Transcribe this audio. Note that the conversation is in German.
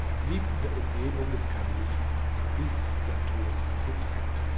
er blieb in der umgebung des kalifen bis der tod sie trennte